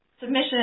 submission